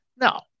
No